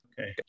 Okay